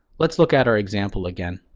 let's look at our example again.